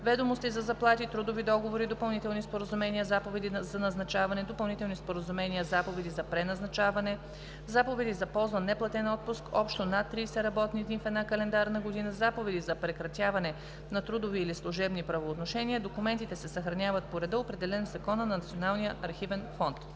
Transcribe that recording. ведомости за заплати, трудови договори, допълнителни споразумения, заповеди за назначаване, допълнителни споразумения/заповеди за преназначаване, заповеди за ползван неплатен отпуск общо над 30 работни дни в една календарна година, заповеди за прекратяване на трудови или служебни правоотношения; документите се съхраняват по реда, определен в Закона за Националния